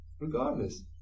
regardless